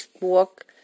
walk